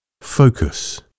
focus